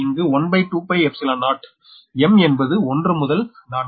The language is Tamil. எனவே இங்கு 120m என்பது 1முதல் 4